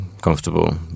comfortable